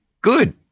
Good